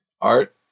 Art